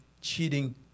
cheating